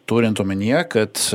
turint omenyje kad